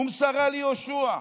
ומסרה ליהושע.